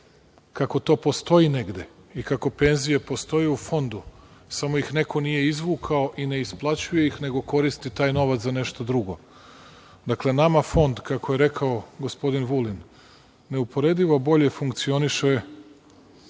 kako to postoji negde i kako penzije postoje u fondu, samo ih neko nije izvukao i ne isplaćuje ih, nego koristi taj novac za nešto drugo. Dakle, nama fond, kako je rekao gospodin Vulin, neuporedivo bolje funkcioniše